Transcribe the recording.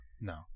No